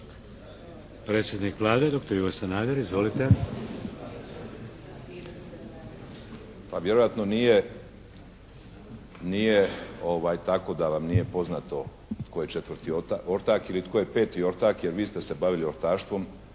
Predsjednik Vlade, doktor Ivo Sanader. Izvolite. **Sanader, Ivo (HDZ)** Pa vjerojatno nije tako da vam nije poznato tko je 4. ortak ili tko je 5. ortak jer vi ste se bavili ortaštvom